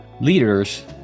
leaders